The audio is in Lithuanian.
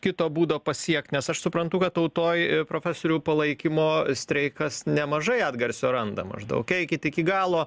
kito būdo pasiekt nes aš suprantu kad tautoj profesoriau palaikymo streikas nemažai atgarsio randa maždaug eikit iki galo